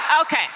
Okay